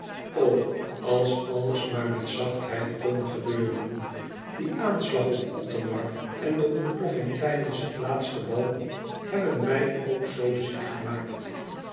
als alles maar met zachtheid kon gebeuren die aanslag op othomar en de ontploffing tijdens het laatste bal hebben mij ook zoo ziek gemaakt